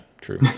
True